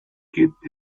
gibt